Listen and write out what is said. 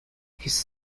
his